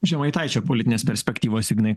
žemaitaičio politinės perspektyvos ignai